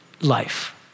life